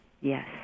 yes